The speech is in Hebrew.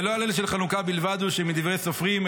"ולא הלל של חנוכה בלבד הוא שמדברי סופרים,